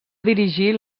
dirigir